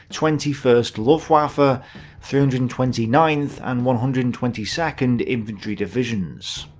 twenty first luftwaffe, ah three hundred and twenty ninth and one hundred and twenty second infantry divisions.